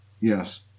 Yes